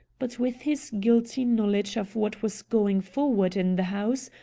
but, with his guilty knowledge of what was going forward in the house,